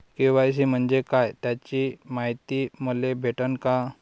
KYC म्हंजे काय त्याची मायती मले भेटन का?